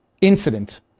incident